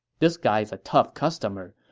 this guy is a tough customer.